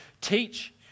teach